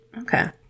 Okay